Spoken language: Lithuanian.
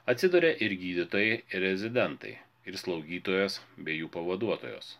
atsiduria ir gydytojai rezidentai ir slaugytojos bei jų pavaduotojos